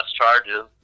charges